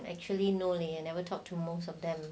actually no leh never talk to most of them